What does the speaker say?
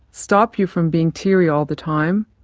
stop you from being teary all the time,